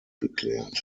geklärt